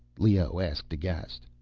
leoh asked, aghast.